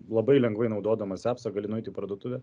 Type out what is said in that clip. labai lengvai naudodamas epsą gali nueit į parduotuvę